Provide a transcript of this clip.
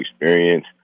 experience